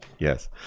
Yes